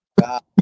God